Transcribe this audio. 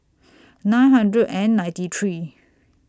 nine hundred and ninety three